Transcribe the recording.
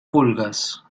pulgas